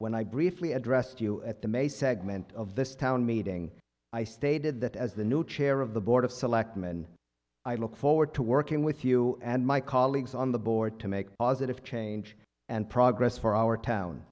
when i briefly addressed you at the may segment of this town meeting i stated that as the new chair of the board of selectmen i look forward to working with you and my colleagues on the board to make positive change and progress for our town